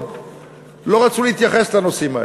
לא רצו להתייחס לנושאים האלה.